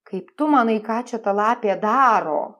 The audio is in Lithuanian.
kaip tu manai ką čia ta lapė daro